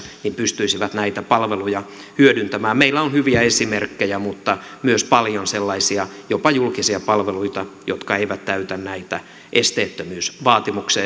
pystyisivät näitä palveluja hyödyntämään meillä on hyviä esimerkkejä mutta myös paljon sellaisia jopa julkisia palveluita jotka eivät täytä näitä esteettömyysvaatimuksia